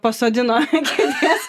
pasodino ant kėdės